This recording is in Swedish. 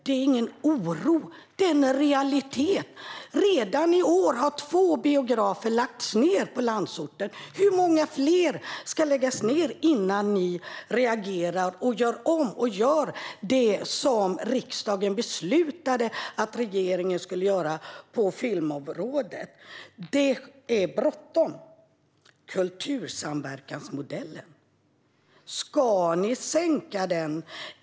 Det är ingen oro. Det är en realitet. Redan i år har två biografer i landsorten lagts ned. Hur många fler ska läggas ned innan ni reagerar och gör om och gör det som riksdagen beslutade att regeringen skulle göra på filmområdet? Det är bråttom! Kultursamverkansmodellen - ska ni sänka den?